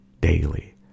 daily